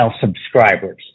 subscribers